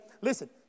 listen